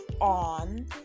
on